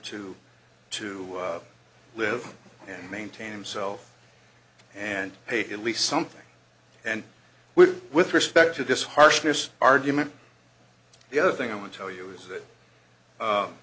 to to live and maintain himself and pay at least something and with respect to this harshness argument the other thing i would tell you is that